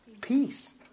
Peace